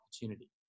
opportunity